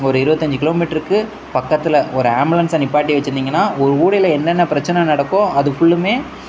ஒரு இருபத்தஞ்சி கிலோமீட்ருக்கு பக்கத்தில் ஒரு ஆம்புலன்ஸ்ஸை நிற்பாட்டி வச்சுருந்திங்கனா ஒரு ஊடையில் என்னென்ன பிரச்சினை நடக்கோ அது ஃபுல்லும்